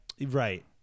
Right